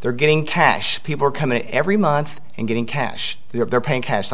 they're getting cash people are coming every month and getting cash they're paying cash like